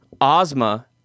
Ozma